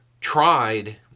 tried